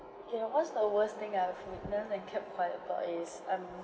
okay what's the worst thing I've witnessed and kept quiet about is um